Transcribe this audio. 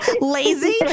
lazy